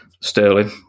Sterling